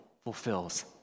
fulfills